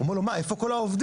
אומר לו מה, איפה כל העובדים?